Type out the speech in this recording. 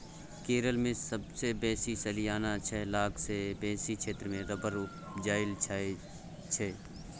केरल मे सबसँ बेसी सलियाना छअ लाख सँ बेसी क्षेत्र मे रबर उपजाएल जाइ छै